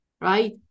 right